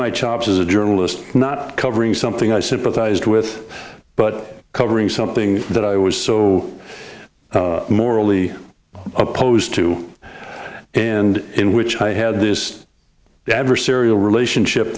chops as a journalist not covering something i sympathized with but covering something that i was so morally opposed to and in which i had this adversarial relationship